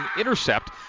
intercept